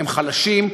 הם חלשים,